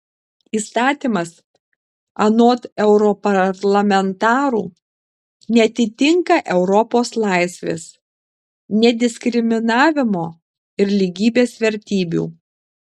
įstatymas anot europarlamentarų neatitinka europos laisvės nediskriminavimo ir lygybės vertybių